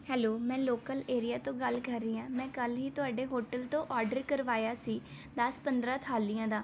hello ਮੈਂ local area ਤੋਂ ਗੱਲ ਕਰ ਰਹੀ ਹਾਂ ਮੈਂ ਕੱਲ ਹੀ ਤੁਹਾਡੇ ਹੋਟਲ ਤੋਂ ਆਰਡਰ ਕਰਵਾਇਆ ਸੀ ਦੱਸ ਪੰਦਰਾਂ ਥਾਲੀਆਂ ਦਾ